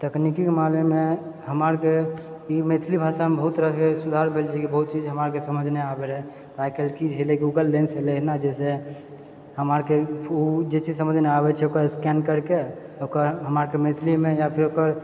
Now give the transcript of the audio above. तकनीकिके मामलामे हमरा आरके ई मैथिली भाषामे बहुत तरहकेँ सुधार भेलछै बहुत चीज हमरा समझिमे नहि आबय रहै आइकाल्हि कि भेले कि गूगल एहन छलै जहिसँ हमरा आरके ओ जे चीज समझि नहि आबैत छै ओकरा स्कैन करिके ओकर हमरा आरके मैथिलीमे या फिर ओकर